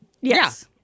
Yes